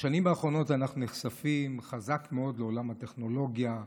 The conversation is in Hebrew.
בשנים האחרונות אנחנו נחשפים חזק מאוד לעולם הטכנולוגיה,